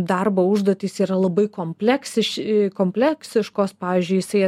darbo užduotys yra labai kompleksiši kompleksiškos pavyžiui jisai